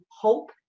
hope